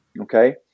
Okay